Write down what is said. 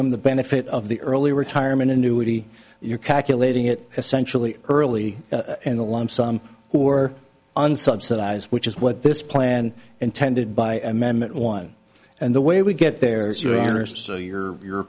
them the benefit of the early retirement annuity you're calculating it essentially early in the lump sum or unsubsidized which is what this plan intended by amendment one and the way we get there sooner so your